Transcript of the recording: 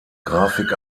grafik